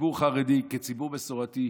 כציבור חרדי, כציבור מסורתי,